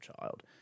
child